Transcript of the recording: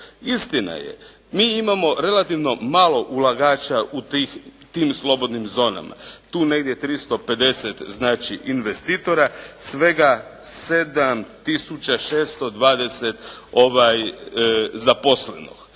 Istina je, mi imamo relativno malo ulagača u tim slobodnim zonama, tu negdje 350, znači investitora, svega 7 tisuća 620 zaposlenog.